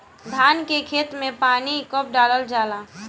धान के खेत मे पानी कब डालल जा ला?